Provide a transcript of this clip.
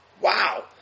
Wow